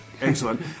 Excellent